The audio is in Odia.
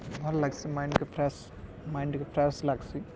ଭଲ୍ ଲାଗ୍ସି ମାଇଣ୍ଡ୍ ଫ୍ରେଶ୍ ମାଇଣ୍ଡ୍ ଟିକେ ଫ୍ରେଶ୍ ଲାଗ୍ସି